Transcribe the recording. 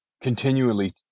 continually